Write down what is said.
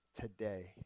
today